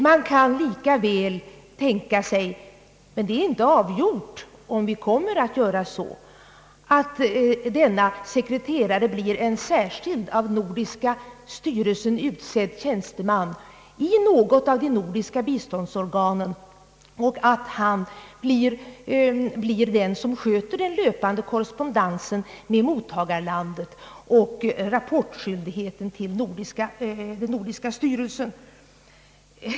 Man kan lika väl tän ka sig — men det är inte avgjort om vi kommer att göra så — att denna sekreterare blir en särskild, av nordiska styrelsen utsedd tjänsteman i något av de nordiska biståndsorganen och att han blir den som sköter den löpande korrespondensen med mottagarlandet och rapportskyldigheten till den nordiska styrelsen.